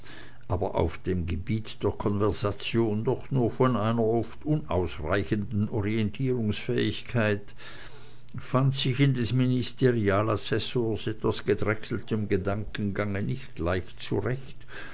aber auf dem gebiete der konversation doch nur von einer oft unausreichenden orientierungsfähigkeit fand sich in des ministerialassessors etwas gedrechseltem gedankengange nicht gleich zurecht